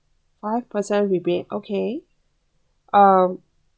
five percent rebate okay um